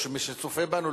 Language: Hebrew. או מי שצופה בנו,